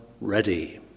ready